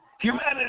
Humanity